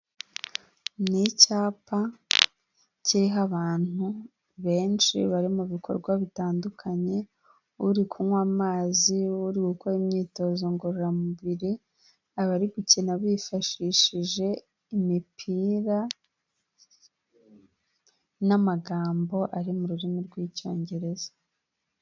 Ni icyapa kiriho abantu benshi bari mu bikorwa bitandukanye, uri kunywa amazi, uri gukora imyitozo ngororamubiri, abari gukina bifashishije imipira n'amagambo ari mu rurimi rw'Icyongereza.